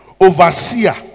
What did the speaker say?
overseer